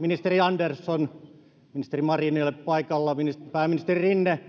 ministeri andersson ja ministeri marin eivät ole paikalla pääministeri rinne